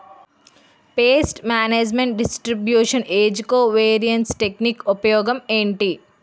paste management distribution ఏజ్జి covariance technique ఉపయోగం ఏంటి